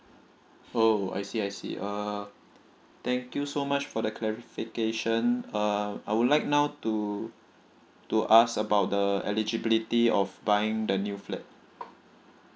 oh I see I see uh thank you so much for the clarification uh I would like now to to ask about the eligibility of buying the new flat